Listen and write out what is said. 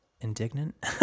indignant